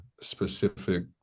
specific